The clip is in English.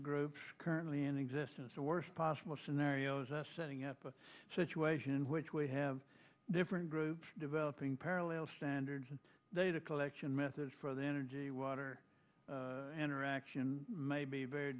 groups currently in existence the worst possible scenario is setting up a situation in which we have different groups developing parallel standards and data collection methods for the energy water interaction may be very